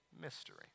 mystery